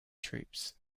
troops